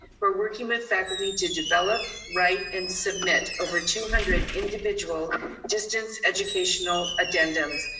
for working with faculty to develop, write, and submit over two hundred individual distance education ah addendums,